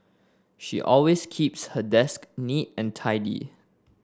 she always keeps her desk neat and tidy